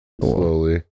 slowly